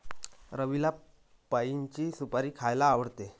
रवीला पाइनची सुपारी खायला आवडते